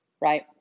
Right